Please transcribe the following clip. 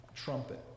trumpet